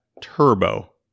turbo